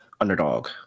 underdog